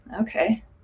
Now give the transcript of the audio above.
Okay